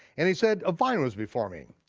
and he said a vine was before me.